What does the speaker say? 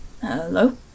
Hello